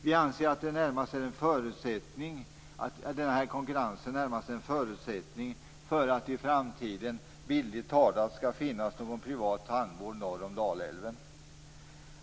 Vi anser att den här konkurrensen närmast är en förutsättning för att det i framtiden, bildligt talat, skall finnas någon privat tandvård norr om Dalälven.